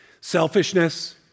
Selfishness